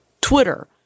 Twitter